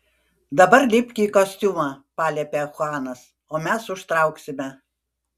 dabar lipk į kostiumą paliepė chuanas o mes užtrauksime